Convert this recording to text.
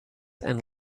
and